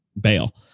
bail